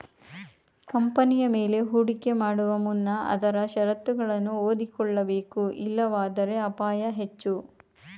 ಕಂಪನಿಯ ಮೇಲೆ ಹೂಡಿಕೆ ಮಾಡುವ ಮುನ್ನ ಆದರೆ ಶರತ್ತುಗಳನ್ನು ಓದಿಕೊಳ್ಳಬೇಕು ಇಲ್ಲವಾದರೆ ಅಪಾಯ ಹೆಚ್ಚು